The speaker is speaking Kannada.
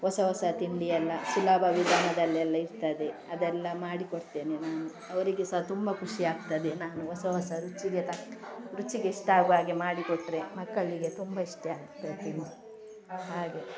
ಹೊಸ ಹೊಸ ತಿಂಡಿಯೆಲ್ಲ ಸುಲಭ ವಿಧಾನದಲ್ಲೆಲ್ಲ ಇರ್ತದೆ ಅದೆಲ್ಲ ಮಾಡಿ ಕೊಡ್ತೇನೆ ನಾನು ಅವರಿಗೆ ಸಹ ತುಂಬ ಖುಷಿಯಾಗ್ತದೆ ನಾನು ಹೊಸ ಹೊಸ ರುಚಿಗೆ ತಕ್ಕ ರುಚಿಗೆ ಇಷ್ಟ ಆಗುವ ಹಾಗೆ ಮಾಡಿ ಕೊಟ್ಟರೆ ಮಕ್ಕಳಿಗೆ ತುಂಬ ಇಷ್ಟ ಆಗ್ತದೆ ತಿಂಡಿ ಹಾಗೆ